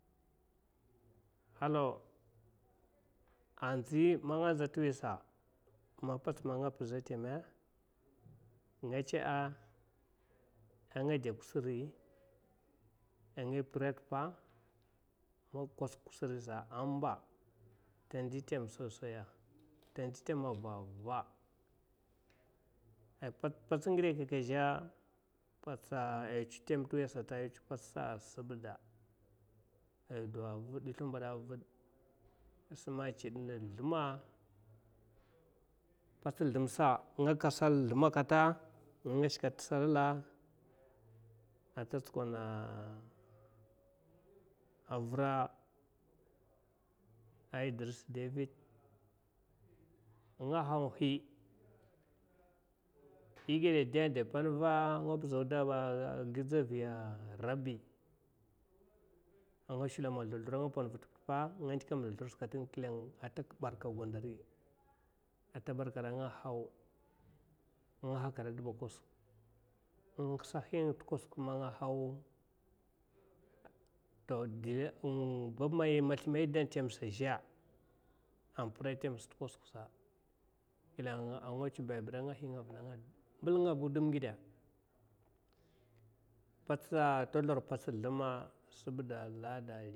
Halaw a nzi munga zha tuwisa mai pats ma nga pizha temi nga tsa’a, a ngade kusiri a nga pira teppa man kwasak kusiri sa ammba ten di temal sosai tendi tema vava ai pats, pats ngidakukke a azhe putsa ai tswa tem tuwiya sata ai tewa pats sibda aidou vid islimbada nga gaka salla sldimsa kata a nga shka te salla ata tsukad anvvra a idirs devid a nga hawhi igeda de ide penva nga bizawda gidzaviya rabi a nga shlomka a sldasldur a nga penva t’ppa, tippa nga ndika a man sldashursa kat klang ate barkad gwabadari ate barkadda a nga haw a nga hakada d’bba kwasak insa hinga kwasak man nga haw to dela ing bab man ya dan tamsa a zha a pirai ten ta kwasaksa klang a nga tsa a babira a nga hinga vina ambil nga wudum ngida patsa ta sldor slduma sibbida a lada.